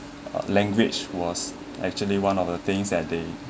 language was actually one of the things that they